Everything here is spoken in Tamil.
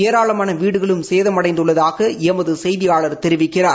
ஏராளமான வீடுகளும் சேதமடைந்துள்ளதாக எமது செய்தியாளர் தெரிவிக்கிறார்